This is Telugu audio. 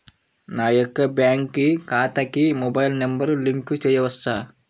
నా యొక్క బ్యాంక్ ఖాతాకి మొబైల్ నంబర్ లింక్ చేయవచ్చా?